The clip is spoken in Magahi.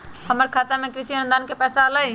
हमर खाता में कृषि अनुदान के पैसा अलई?